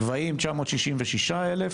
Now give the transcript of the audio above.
"גבהים" 966,000,